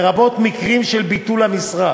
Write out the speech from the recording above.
לרבות מקרים של ביטול המשרה.